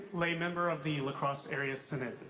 lay member of the la crosse area synod.